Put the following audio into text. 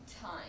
time